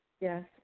Yes